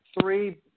three